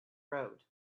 road